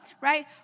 right